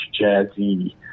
jazzy